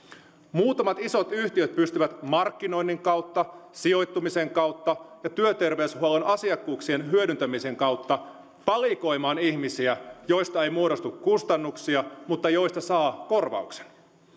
muutamat isot yhtiöt pystyvät markkinoinnin kautta sijoittumisen kautta ja työterveyshuollon asiakkuuksien hyödyntämisen kautta valikoimaan ihmisiä joista ei muodostu kustannuksia mutta joista saa korvauksen